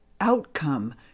outcome